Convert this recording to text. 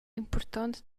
impurtont